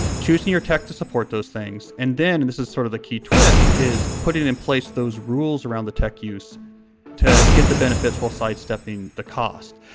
choosing your tech to support those things and then and this is sort of the key twist is putting in place those rules around the tech use to get the benefits while sidestepping the cost.